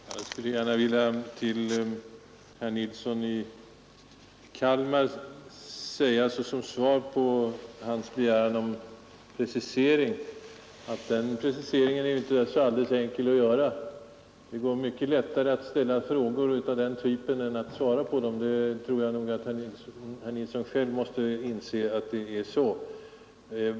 Herr talman! Jag skulle gärna vilja säga till herr Nilsson i Kalmar såsom svar på hans begäran om precisering, att en sådan inte är så alldeles enkel att göra. Det går mycket lättare att ställa frågor av den här typen än att svara på dem. Jag tror att herr Nilsson själv måste inse att det är så.